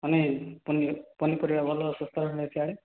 ମାନେ ପନିପରିବା ଭଲ ଶସ୍ତାରେ ମିଳୁଛି ସିଆଡ଼େ